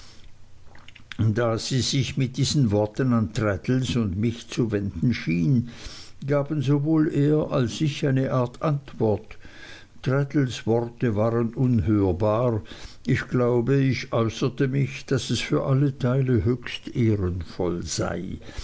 da sie sich mit diesen worten an traddles und mich zu wenden schien gaben sowohl er als ich eine art antwort traddles worte waren unhörbar ich glaube ich äußerte mich daß es für alle teile höchst ehrenvoll sei